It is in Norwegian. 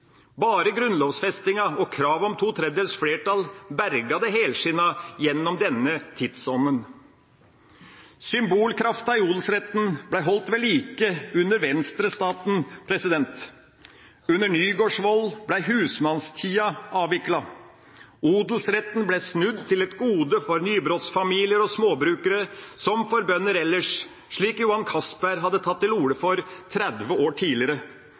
Bare grunnlovfestingen og kravet om to tredjedels flertall berget det helskinnet gjennom denne tidsånden. Symbolkraften i odelsretten ble holdt ved like under venstrestaten. Under Nygaardsvold ble husmannstida avviklet. Odelsretten ble snudd til et gode for nybrottsfamilier og småbrukere som for bønder ellers, slik Johan Castberg hadde tatt til orde for 30 år tidligere,